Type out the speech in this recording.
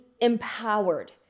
empowered